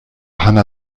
hanna